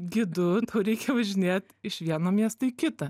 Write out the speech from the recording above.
gidu tau reikia važinėt iš vieno miesto į kitą